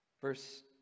Verse